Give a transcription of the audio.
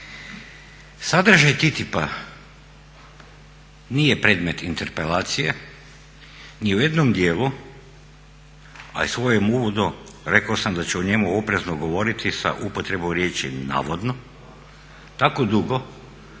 Sadržaj TTIP-a nije predmet interpelacije, ni u jednom dijelu, ali u svojem uvodu rekao sam da ću o njemu oprezno govoriti sa upotrebom riječi navodno tako dugo